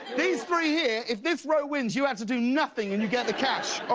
these three here f this row wins, you have to do nothing and you get the cash.